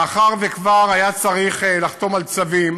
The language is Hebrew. מאחר שכבר היה צריך לחתום על צווים